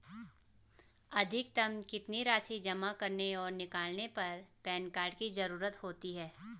अधिकतम कितनी राशि जमा करने और निकालने पर पैन कार्ड की ज़रूरत होती है?